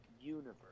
universe